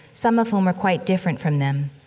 some of whom are quite different from them.